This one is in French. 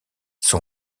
son